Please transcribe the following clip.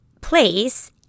place